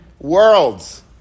worlds